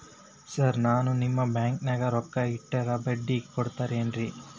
Sir ನಾನು ನಿಮ್ಮ ಬ್ಯಾಂಕನಾಗ ರೊಕ್ಕ ಇಟ್ಟರ ಬಡ್ಡಿ ಕೊಡತೇರೇನ್ರಿ?